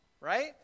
right